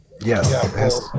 Yes